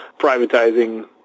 privatizing